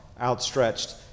outstretched